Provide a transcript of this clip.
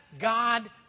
God